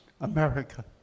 America